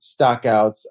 stockouts